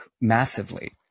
massively